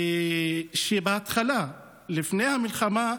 בהתחלה, לפני המלחמה,